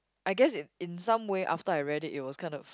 I guess in in some way after I read it it was kind of